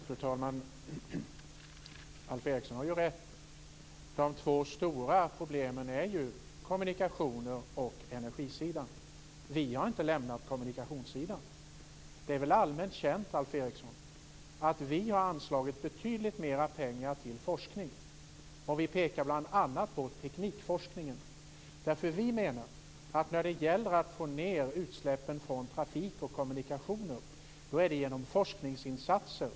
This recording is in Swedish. Fru talman! Alf Eriksson har rätt. De två stora problemen är kommunikationer och energisidan. Vi har inte lämnat kommunikationssidan. Det är väl allmänt känt, Alf Eriksson, att vi har anslagit betydligt mer pengar till forskning. Vi pekar bl.a. på teknikforskningen. Vi menar att man skall få ned utsläppen från trafik och kommunikationer genom forskningsinsatser.